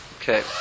Okay